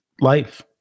life